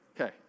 Okay